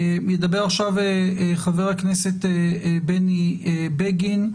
ידבר עכשיו חבר הכנסת בני בגין.